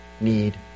need